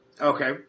Okay